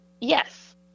Yes